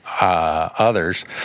others